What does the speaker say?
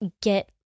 get